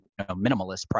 minimalist